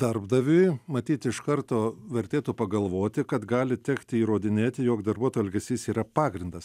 darbdaviui matyt iš karto vertėtų pagalvoti kad gali tekti įrodinėti jog darbuotojo elgesys yra pagrindas